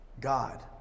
God